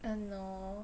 I don't know